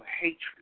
hatred